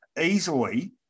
Easily